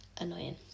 annoying